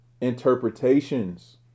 interpretations